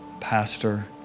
pastor